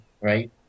right